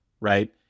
right